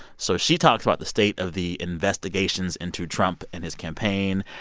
so she talks about the state of the investigations into trump and his campaign.